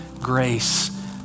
grace